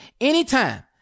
anytime